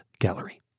gallery